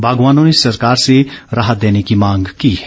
बागवानों ने सरकार से राहत देने की मांग की है